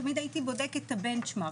תמיד הייתי בודקת את הבאנצ'מארק,